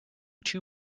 two